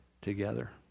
together